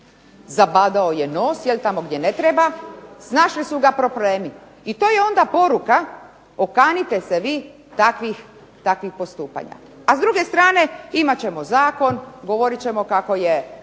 zabadao je nos tamo gdje ne treba, snašli su ga problemi i to je onda poruka okanite se vi takvih postupanja. A s druge strane imat ćemo Zakon, govoriti ćemo kako je